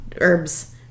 herbs